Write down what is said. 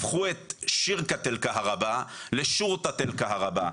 הפכו את "שירקת אל קאהרבה ל-שורטה אל קאהרבה".